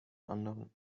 anderen